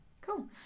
Cool